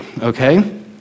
okay